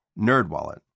NerdWallet